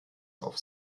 auf